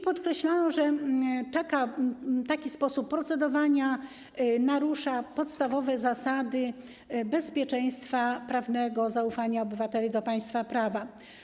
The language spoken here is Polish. Podkreślano, że taki sposób procedowania narusza podstawowe zasady bezpieczeństwa prawnego zaufania obywateli do państwa prawa.